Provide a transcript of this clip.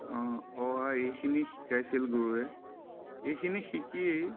অ আ এইখিনি শিকাইছিল গুৰুৱে এইখিনি শিকি